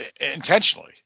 intentionally